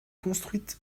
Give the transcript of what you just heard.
construite